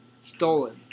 stolen